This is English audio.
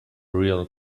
real